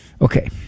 Okay